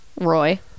Roy